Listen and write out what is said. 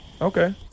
Okay